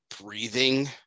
breathing